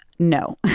no.